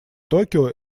токио